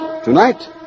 Tonight